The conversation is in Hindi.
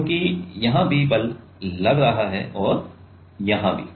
क्योंकि यहाँ भी बल लग है और यहाँ भी